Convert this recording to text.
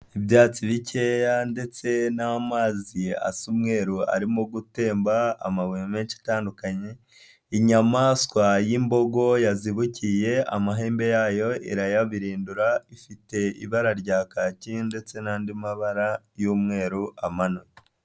Ibyatsi bikeya ndetse n'amazi asa umweru arimo gutemba, amabuye menshi atandukanye, inyamaswa y'imbogo yazibukiye amahembe yayo irayabirindura, ifite ibara rya kaki ndetse n'andi mabara y'umweru amanutse.